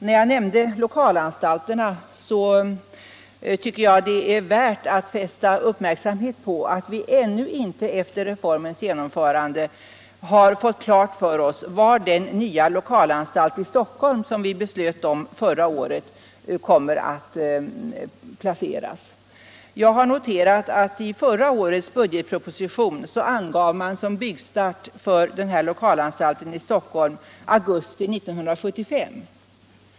Vad gäller lokalanstalterna tycker jag att det är värt att fästa uppmärksamheten på att vi ännu inte efter reformens genomförande har fått klart för oss var den nya lokalanstalt i Stockholm som vi beslöt om förra året kommer att placeras. Jag har noterat att man i förra årets budgetproposition som tidpunkt för byggstart för denna lokalanstalt i Stockholm angav augusti 1975.